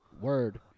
Word